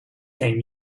came